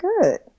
good